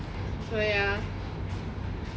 so ya